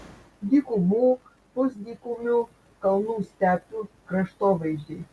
dykumų pusdykumių kalnų stepių kraštovaizdžiai